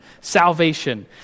salvation